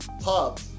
pub